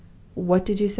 what did you say?